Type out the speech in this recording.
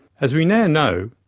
as we now know,